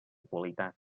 qualitat